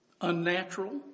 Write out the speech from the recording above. Unnatural